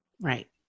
Right